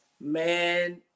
man